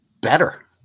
better